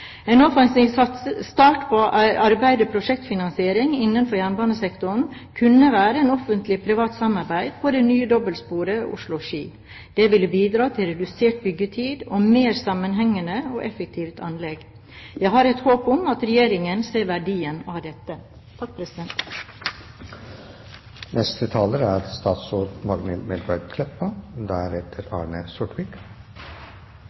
En offensiv start på arbeidet prosjektfinansiering innenfor jernbanesektoren kunne være et Offentlig Privat Samarbeid på det nye dobbeltsporet Oslo–Ski. Det ville bidra til redusert byggetid og et mer sammenhengende og effektivt anlegg. Jeg har et håp om at Regjeringen ser verdien av dette.